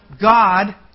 God